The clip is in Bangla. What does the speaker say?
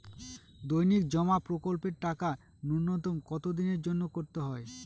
দৈনিক জমা প্রকল্পের টাকা নূন্যতম কত দিনের জন্য করতে হয়?